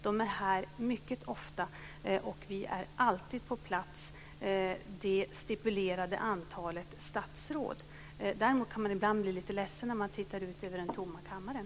De är här mycket ofta. Det stipulerade antalet statsråd är alltid på plats. Däremot kan man ibland bli litet ledsen när man tittar ut över den tomma kammaren.